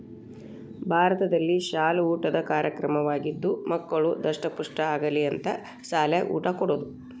ಭಾರತದಲ್ಲಿಶಾಲ ಊಟದ ಕಾರ್ಯಕ್ರಮವಾಗಿದ್ದು ಮಕ್ಕಳು ದಸ್ಟಮುಷ್ಠ ಆಗಲಿ ಅಂತ ಸಾಲ್ಯಾಗ ಊಟ ಕೊಡುದ